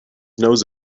knows